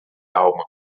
alma